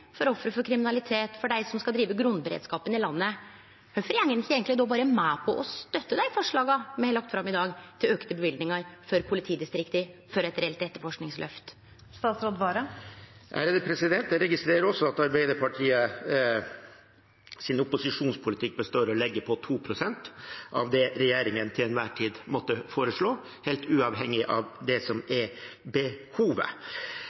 for offer for kriminalitet og for dei som skal drive grunnberedskapen i landet – kvifor går ein då ikkje berre med på å støtte dei forslaga me har lagt fram i dag, om auka løyvingar til politidistrikta for eit reelt etterforskingsløft? Jeg registrerer at Arbeiderpartiets opposisjonspolitikk består av å legge på 2 pst. av det regjeringen til enhver tid måtte foreslå, helt uavhengig av det som